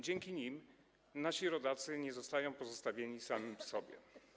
Dzięki temu nasi rodacy nie zostają pozostawieni sami sobie.